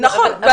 נכון,